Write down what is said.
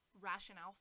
rationale